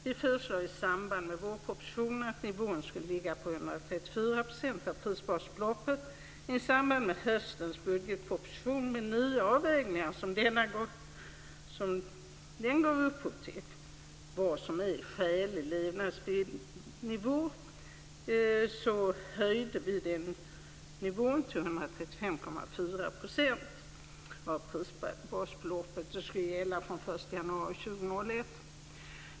Vi föreslog i samband med vårpropositionen att nivån skulle ligga på 134 % av prisbasbeloppet, men i samband med höstens budgetpropoosition med de nya avvägningar som denna gav upphov till föreslog vi en höjning av den skäliga levnadsnivån till 135,4 % av prisbasbeloppet att gälla fr.o.m. den 1 januari 2001.